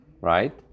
Right